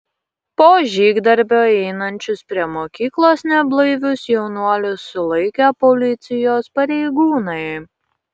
po žygdarbio einančius prie mokyklos neblaivius jaunuolius sulaikė policijos pareigūnai